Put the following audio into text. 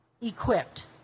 equipped